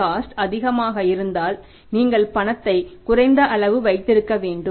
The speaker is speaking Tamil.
காஸ்ட் அதிகமாக இருந்தால் நீங்கள் பணத்தை குறைந்த அளவு வைத்திருக்க வேண்டும்